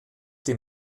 dem